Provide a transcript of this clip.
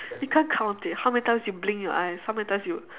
you can't count it how many times you blink your eyes how many times you